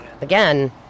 Again